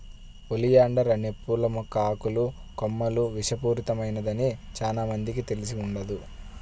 oleander అనే పూల మొక్క ఆకులు, కొమ్మలు విషపూరితమైనదని చానా మందికి తెలిసి ఉండదు